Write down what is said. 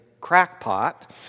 crackpot